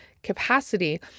capacity